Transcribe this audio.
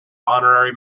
honorary